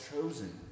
chosen